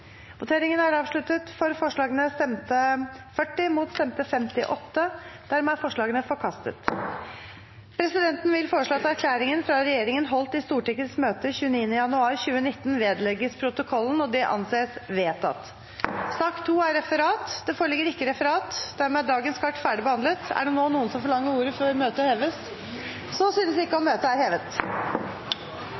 har varslet støtte til forslagene. Presidenten vil foreslå at erklæringen fra regjeringen holdt i Stortingets møte 29. januar 2019 vedlegges protokollen. – Det anses vedtatt. Det foreligger ikke noe referat. Dermed er sakens kart ferdigbehandlet. Er det noen som forlanger ordet før møtet heves? – Så synes ikke, og